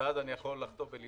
ואז אני יכול להיות קומיסר,